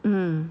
mm